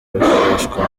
rukoreshwa